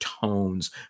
tones